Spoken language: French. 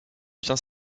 bien